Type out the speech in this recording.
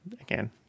again